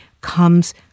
comes